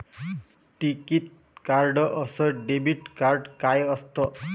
टिकीत कार्ड अस debit card काय असत?